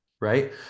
right